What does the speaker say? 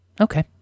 Okay